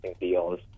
deals